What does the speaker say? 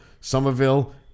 Somerville